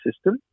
system